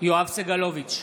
יואב סגלוביץ'